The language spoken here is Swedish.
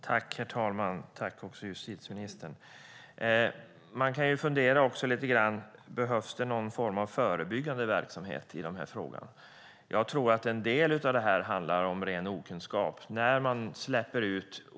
Herr talman! Jag tackar justitieministern. Man kan fundera på om det behövs någon form av förebyggande verksamhet i denna fråga. Jag tror att det till en del handlar om ren okunskap.